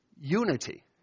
unity